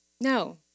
No